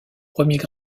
premiers